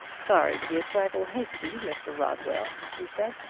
sorry to be a trifle hasty, mr. rodwell, he said.